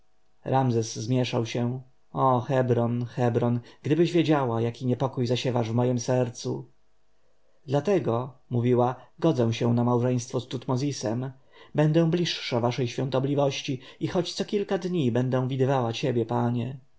ramzes zmieszał się o hebron hebron gdybyś wiedziała jaki niepokój zasiewasz w mojem sercu dlatego mówiła godzę się na małżeństwo z tutmozisem będę bliższą waszej świątobliwości i choć co kilka dni będę widywała ciebie panie